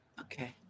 Okay